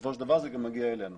בסופו של דבר זה גם מגיע אלינו.